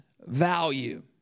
value